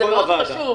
זה מאוד חשוב.